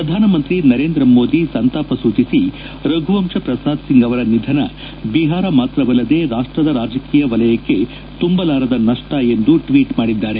ಪ್ರಧಾನಮಂತ್ರಿ ನರೇಂದ್ರ ಮೋದಿ ಸಂತಾಪ ಸೂಚಿಸಿ ರಘುವಂಶ ಪ್ರಸಾದ್ ಸಿಂಗ್ ಅವರ ನಿಧನ ಬಿಹಾರ ಮಾತ್ರವಲ್ಲದೇ ರಾಷ್ಷದ ರಾಜಕೀಯ ವಲಯಕ್ಕೆ ತುಂಬಲಾರದ ನಷ್ಟ ಎಂದು ಟ್ವೀಟ್ ಮಾಡಿದ್ದಾರೆ